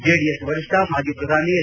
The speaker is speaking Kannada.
ಜೆಡಿಎಸ್ ವರಿಷ್ಠ ಮಾಜಿ ಪ್ರಧಾನಿ ಹೆಚ್